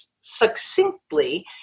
succinctly